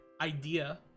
idea